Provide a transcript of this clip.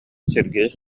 сергей